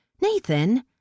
Nathan